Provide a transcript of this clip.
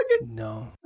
No